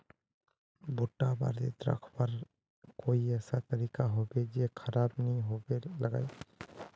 भुट्टा बारित रखवार कोई ऐसा तरीका होबे की खराब नि होबे लगाई?